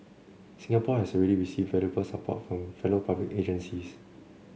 Singapore has already received valuable support from fellow public agencies